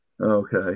Okay